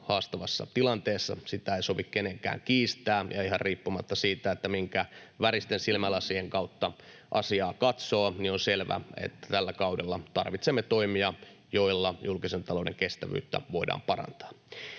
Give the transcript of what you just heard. haastavassa tilanteessa, sitä ei sovi kenenkään kiistää, ja ihan riippumatta siitä, minkä väristen silmälasien kautta asiaa katsoo, on selvää, että tällä kaudella tarvitsemme toimia, joilla julkisen talouden kestävyyttä voidaan parantaa.